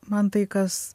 man tai kas